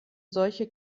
solche